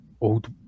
old